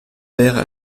wäre